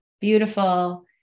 beautiful